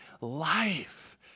life